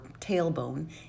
tailbone